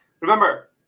remember